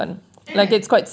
eh